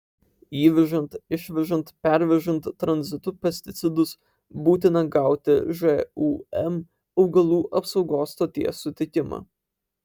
įvežant išvežant pervežant tranzitu pesticidus būtina gauti žūm augalų apsaugos stoties sutikimą